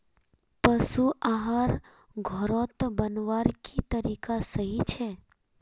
पशु आहार घोरोत बनवार की तरीका सही छे?